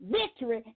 victory